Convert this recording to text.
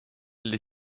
les